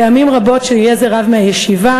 פעמים רבות יהיה זה רב מהישיבה,